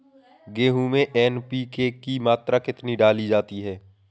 गेहूँ में एन.पी.के की मात्रा कितनी डाली जाती है?